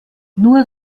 nur